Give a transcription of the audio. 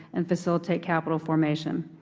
and facilitate capital formation.